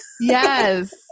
yes